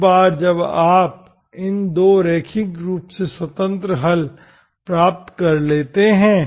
एक बार जब आप इन दो रैखिक रूप से स्वतंत्र हल प्राप्त कर लेते हैं